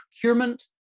procurement